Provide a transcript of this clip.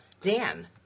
Dan